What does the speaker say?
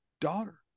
daughter